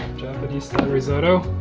japanese-style risotto.